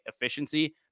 efficiency